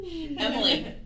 Emily